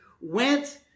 went